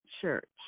church